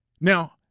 Now